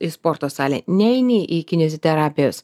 į sporto salę ne eini į kineziterapijos